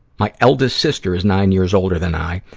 my eldest sister is nine years older than i,